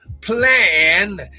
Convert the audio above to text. plan